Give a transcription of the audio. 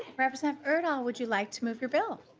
representative urdahl would you like to move your bill.